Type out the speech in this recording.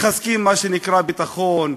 מחזקים מה שנקרא "ביטחון",